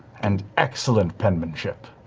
and excellent penmanship.